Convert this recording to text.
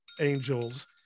angels